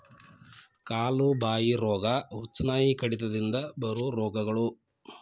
ಕಾಲು ಬಾಯಿ ರೋಗಾ, ಹುಚ್ಚುನಾಯಿ ಕಡಿತದಿಂದ ಬರು ರೋಗಗಳು